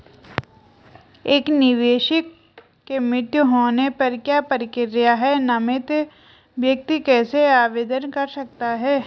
एक निवेशक के मृत्यु होने पर क्या प्रक्रिया है नामित व्यक्ति कैसे आवेदन कर सकता है?